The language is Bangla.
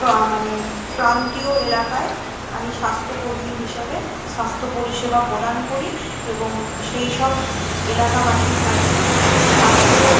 বা মানে প্রান্তীয় এলাকায় আমি স্বাস্থ্যকর্মী হিসেবে স্বাস্থ্য পরিষেবা প্রদান করি এবং সেই সব এলাকাবাসীর কাছে স্বাস্থ্য